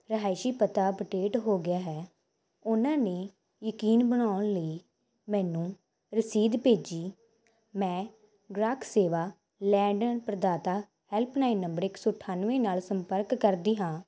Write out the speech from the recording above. ਰਿਹਾਇਸ਼ੀ ਪਤਾ ਅਪਡੇਟ ਹੋ ਗਿਆ ਹੈ ਉਹਨਾਂ ਨੇ ਯਕੀਨ ਬਣਾਉਣ ਲਈ ਮੈਨੂੰ ਰਸੀਦ ਭੇਜੀ ਮੈਂ ਗ੍ਰਾਹਕ ਸੇਵਾ ਲੈਂਡਨ ਪਰਦਾਤਾ ਹੈਲਪਲਾਈਨ ਨੰਬਰ ਇੱਕ ਸੌ ਅਠਾਨਵੇਂ ਨਾਲ ਸੰਪਰਕ ਕਰਦੀ ਹਾਂ